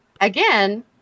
again